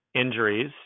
injuries